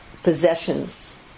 Possessions